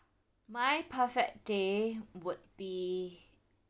my perfect day would be